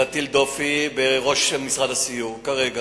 בואו לא נטיל דופי בראש משרד הסיור כרגע.